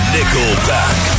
Nickelback